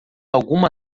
alguma